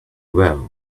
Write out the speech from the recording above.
well